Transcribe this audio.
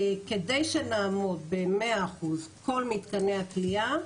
כדי שנעמוד ב-100% כל מתקני הכליאה,